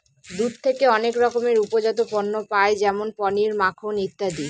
দুধ থেকে অনেক রকমের উপজাত পণ্য পায় যেমন পনির, মাখন ইত্যাদি